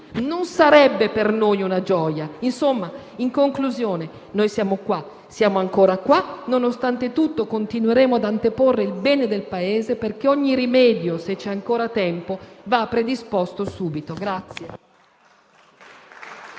non sarebbe per noi una gioia. In conclusione, noi siamo qua, siamo ancora qua e nonostante tutto continueremo ad anteporre il bene del Paese, perché ogni rimedio, se c'è ancora tempo, va predisposto subito.